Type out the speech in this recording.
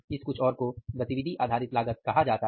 इस कुछ और को गतिविधि आधारित लागत कहा जाता हैं